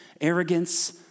arrogance